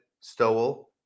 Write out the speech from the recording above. Stowell